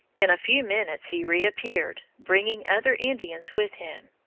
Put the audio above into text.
in a few minutes he reappeared, bringing other indians with him.